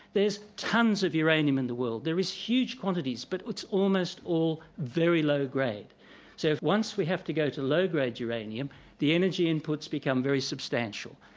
there's tons of uranium in the world, there is huge quantities but it's almost all very low-grade. so if one we have to go to low-grade uranium the energy inputs become very substantial.